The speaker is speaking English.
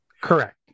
Correct